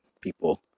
people